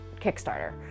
Kickstarter